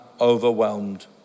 overwhelmed